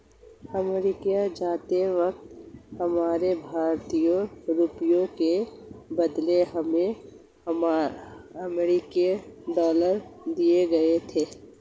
America जाते वक्त हमारे भारतीय रुपयों के बदले हमें अमरीकी डॉलर दिए गए थे